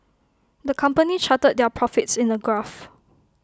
the company charted their profits in A graph